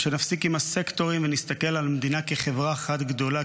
שנפסיק עם הסקטורים ונסתכל על המדינה כחברה אחת גדולה,